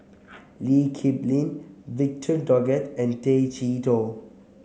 Lee Kip Lin Victor Doggett and Tay Chee Toh